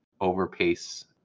overpace